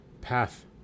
path